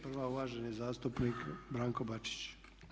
Prava uvaženi zastupnik Branko Bačić.